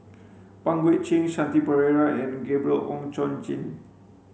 Pang Guek Cheng Shanti Pereira and Gabriel Oon Chong Jin